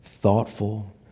thoughtful